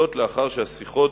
זאת לאחר שהשיחות